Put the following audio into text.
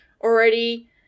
already